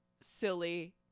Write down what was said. silly